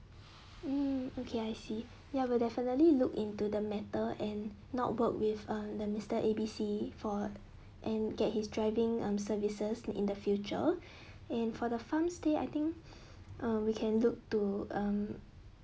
hmm okay I see ya we'll definitely look into the matter and not work with uh the mister A B C for and get his driving um services in the future and for the farm stay I think uh we can look to um